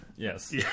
yes